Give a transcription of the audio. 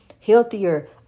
healthier